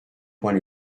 coins